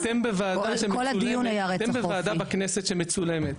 אתם בוועדה בכנסת שמצולמת,